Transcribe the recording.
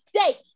steak